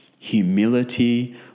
humility